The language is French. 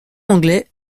anglais